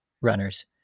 runners